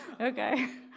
okay